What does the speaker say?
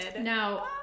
Now